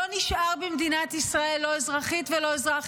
לא נשאר במדינת ישראל לא אזרחית ולא אזרח